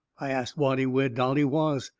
i ast watty where dolly was.